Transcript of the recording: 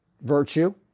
virtue